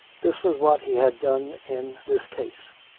this was what he had done in this case.